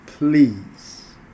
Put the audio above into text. Please